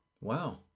Wow